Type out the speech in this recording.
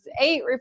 eight